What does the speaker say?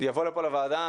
יבואו לפה לוועדה.